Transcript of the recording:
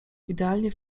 idealnie